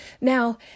Now